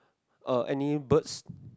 uh any birds